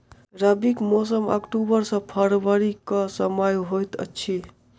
रबीक मौसम अक्टूबर सँ फरबरी क समय होइत अछि